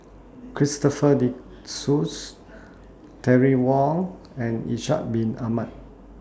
Christopher De Souza Terry Wong and Ishak Bin Ahmad